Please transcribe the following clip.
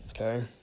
okay